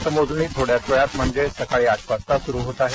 मतमोजणी थोड्याच वेळात म्हणजे आठ वाजता सुरु होत आहे